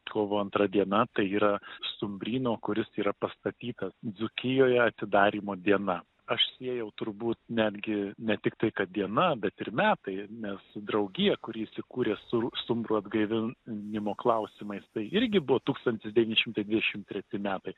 kovo antra diena tai yra stumbryno kuris yra pastatytas dzūkijoje atidarymo diena aš siejau turbūt netgi ne tiktai kad diena bet ir metai mes draugija kuri įsikūrė stumbro atgaivinimo klausimais tai irgi buvo tūkstantis devyni šimtai dvidešimt treti metai